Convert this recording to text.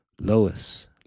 Lois